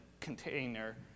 container